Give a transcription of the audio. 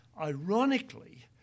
Ironically